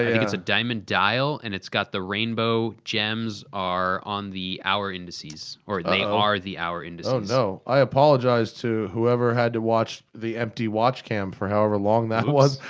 and it's a diamond dial and it's got the rainbow gems are on the hour indices. or, they are the hour indices. m oh no! i apologize to whoever had to watch the empty watch cam for however long that was.